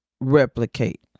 replicate